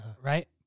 right